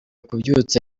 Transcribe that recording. kubyutsa